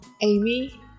Amy